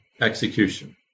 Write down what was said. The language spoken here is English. execution